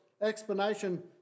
explanation